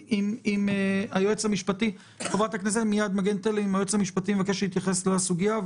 היועץ המשפטי לוועדה מבקש להתייחס לסוגיה,